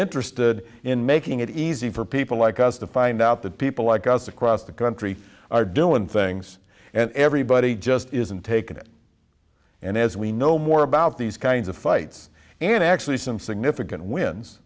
interested in making it easy for people like us to find out that people like us across the country are doing things and everybody just isn't taken it and as we know more about these kinds of fights and actually some significant wins